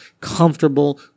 comfortable